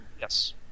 Yes